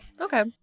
Okay